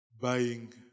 Buying